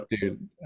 Dude